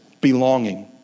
belonging